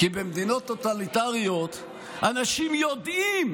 כי במדינות טוטליטריות אנשים יודעים